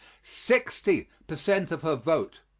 sixty per cent of her vote.